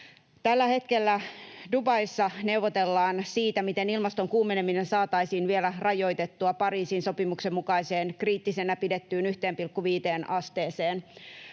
Tällä hetkellä Dubaissa neuvotellaan siitä, miten ilmaston kuumeneminen saataisiin vielä rajoitettua Pariisin sopimuksen mukaiseen, kriittisenä pidettyyn 1,5 asteeseen.